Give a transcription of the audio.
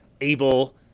able